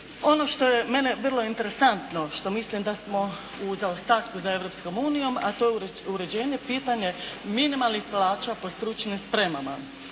Ono što je meni vrlo interesantno, što mislim da smo u zaostatku za Europskom unijom a to je uređenje pitanja minimalnih plaća po stručnim spremama.